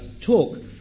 talk